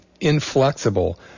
inflexible